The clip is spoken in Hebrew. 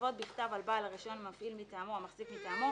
לצוות בכתב על בעל הרישיון המפעיל מטעמו או המחזיק מטעמו,